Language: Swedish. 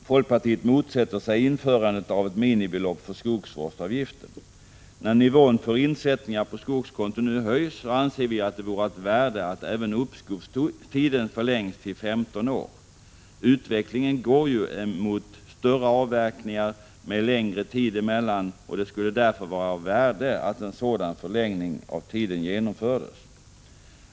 Folkpartiet motsätter sig införandet av ett minimibelopp för skogsvårdsavgiften. När nivån för insättningar på skogskonto nu höjs, anser vi att det vore av värde att även uppskovstiden förlängs till 15 år. Utvecklingen går ju emot större avverkningar med längre tid emellan, och det skulle därför vara av värde att en sådan förlängning av tiden genomfördes.